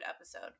episode